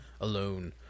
alone